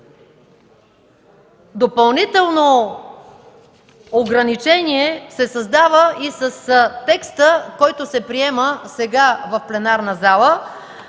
Допълнително ограничение се създава и с текста, който се приема сега, в пленарната зала